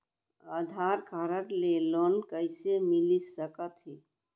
आधार card ले loan कइसे मिलिस सकत हे?